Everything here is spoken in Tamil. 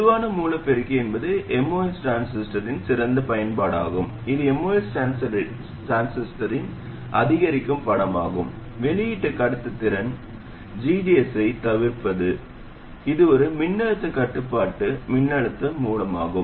பொதுவான மூல பெருக்கி என்பது MOS டிரான்சிஸ்டரின் சொந்த பயன்பாடாகும் இது MOS டிரான்சிஸ்டரின் அதிகரிக்கும் படம் ஆகும் வெளியீட்டு கடத்துத்திறன் gds ஐத் தவிர்ப்பது இது ஒரு மின்னழுத்த கட்டுப்பாட்டு மின்னோட்ட மூலமாகும்